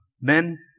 men